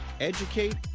educate